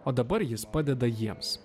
o dabar jis padeda jiems